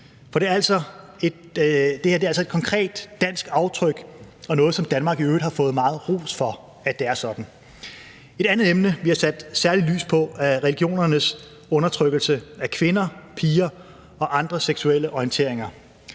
Det her er altså et konkret dansk aftryk og noget, som Danmark i øvrigt har fået meget ros for er sådan. Et andet emne, vi særlig har sat lys på, er religionernes undertrykkelse af kvinder, piger og andre seksuelle orienteringer.